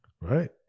right